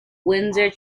windsor